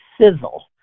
sizzle